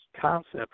concept